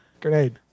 Grenade